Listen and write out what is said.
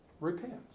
repents